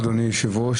אדוני היושב-ראש,